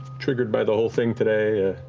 triggered by the whole thing today.